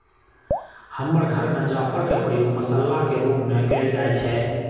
हमर घर में जाफर के प्रयोग मसल्ला के रूप में कएल जाइ छइ